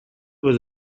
was